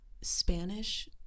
Spanish